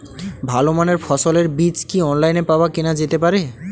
ভালো মানের ফসলের বীজ কি অনলাইনে পাওয়া কেনা যেতে পারে?